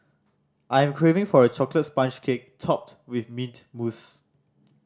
I am craving for a chocolate sponge cake topped with mint mousse